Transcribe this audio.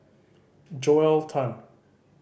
Joel Tan